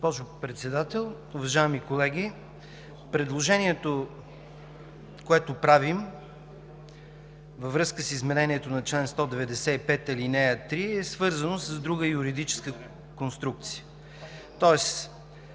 Госпожо Председател, уважаеми колеги, предложението, което правим във връзка с изменението на чл. 195, ал. 3 е свързано с друга юридическа конструкция.